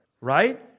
right